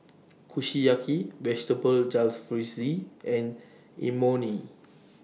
Kushiyaki Vegetable Jalfrezi and Imoni